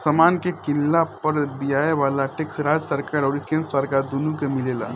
समान के किनला पर दियाये वाला टैक्स राज्य सरकार अउरी केंद्र सरकार दुनो के मिलेला